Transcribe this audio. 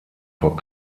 vor